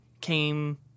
came